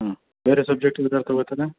ಬೇರೆ ಸಬ್ಜೆಕ್ಟ್ ಯಾವ್ದಾರು ತಗೋತಾನ